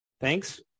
thanks